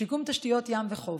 שיקום תשתיות ים וחוף,